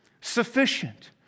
sufficient